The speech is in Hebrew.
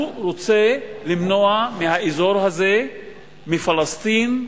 הוא רוצה למנוע מהאזור הזה מפלסטין,